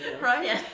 Right